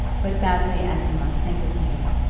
but badly as you must think of me,